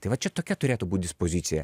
tai va čia tokia turėtų būt dispozicija